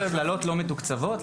מכללות לא מתוקצבות?